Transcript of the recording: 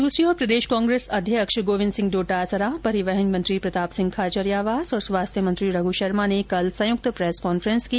दूसरी ओर प्रदेश कांग्रेस अध्यक्ष गोविंद सिंह डोटासरा परिवहन मंत्री प्रताप सिंह खाचरियावास और स्वास्थ्य मंत्री रघु शर्मा ने संयुक्त प्रेस कॉन्फ्रेंस की